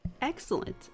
Excellent